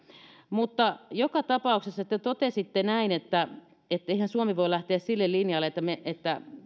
mutta joka tapauksessa te totesitte näin että eihän suomi voi lähteä sille linjalle että